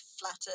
flattered